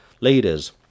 leaders